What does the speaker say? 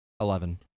Eleven